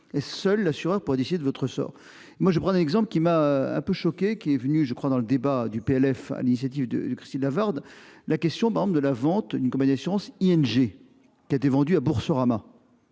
et seule l'assureur pour essayer de votre sort. Moi je prends un exemple qui m'a un peu choqué, qui est venu je crois dans le débat du PLF à l'initiative de Christine Lavarde. La question, membre de la vente une condamnation ING qui a été vendu à Boursorama.